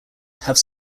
have